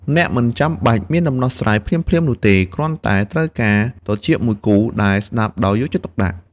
អ្នកមិនចាំបាច់មានដំណោះស្រាយភ្លាមៗនោះទេ គ្រាន់តែត្រូវការត្រចៀកមួយគូដែលស្តាប់ដោយយកចិត្តទុកដាក់។